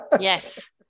Yes